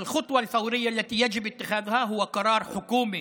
ארגוני הפשיעה זכו במכירה הפומבית